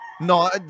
No